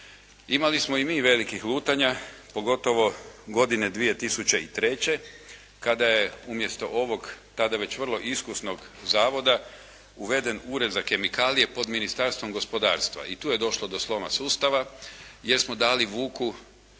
Imali smo i mi velikih lutanja pogotovo godine 2003. kada je umjesto ovog tada već vrlo iskusnog zavoda uveden Ured za kemikalije pod Ministarstvom gospodarstva. i tu je došlo do sloma sustava jer smo dali vuku